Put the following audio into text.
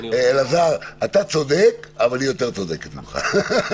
אלעזר, אתה צודק, אבל היא יותר צודקת ממך.